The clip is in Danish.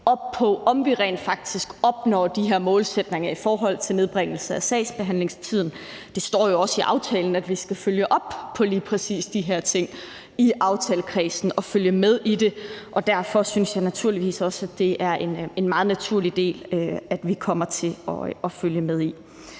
om vi rent faktisk opnår de her målsætninger i forhold til nedbringelse af sagsbehandlingstiden. Det står jo også i aftalen, at vi skal følge op på lige præcis de her ting i aftalekredsen og følge med i det. Derfor synes jeg naturligvis også, at det er en meget naturlig del, vi kommer til at følge med i.